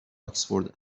آکسفورد